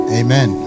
amen